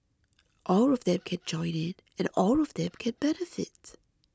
all of them can join in and all of them can benefit